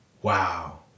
wow